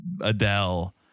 Adele